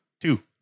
Two